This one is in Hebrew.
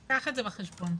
קח את זה בחשבון.